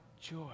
joy